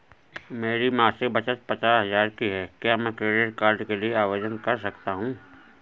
मेरी मासिक बचत पचास हजार की है क्या मैं क्रेडिट कार्ड के लिए आवेदन कर सकता हूँ?